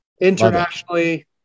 Internationally